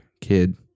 kid